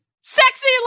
Sexy